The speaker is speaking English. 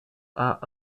are